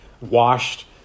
washed